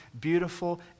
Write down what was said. beautiful